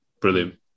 brilliant